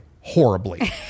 horribly